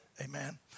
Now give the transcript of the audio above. Amen